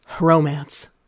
romance